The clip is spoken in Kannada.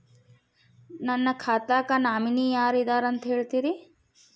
ನನ್ನ ಖಾತಾಕ್ಕ ನಾಮಿನಿ ಯಾರ ಇದಾರಂತ ಹೇಳತಿರಿ?